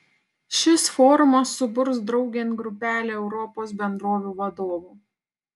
šis forumas suburs draugėn grupelę europos bendrovių vadovų